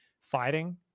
fighting